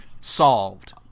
solved